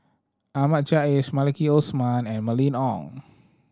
Ahmad Jais Maliki Osman and Mylene Ong